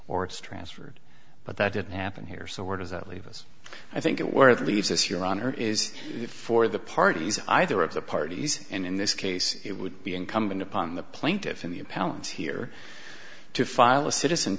or it's transferred but that didn't happen here so where does that leave us i think it worth leaves us your honor is for the parties either of the parties and in this case it would be incumbent upon the plaintiffs in the appellants here to file a citizen